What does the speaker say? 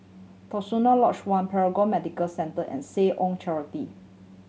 Terusan Lodge One Paragon Medical Centre and Seh Ong Charity